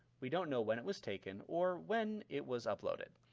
we don't know when it was taken or when it was uploaded.